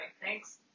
Thanks